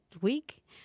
week